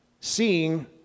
seeing